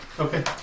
Okay